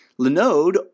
Linode